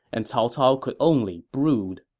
and cao cao could only brood